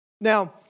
Now